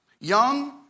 young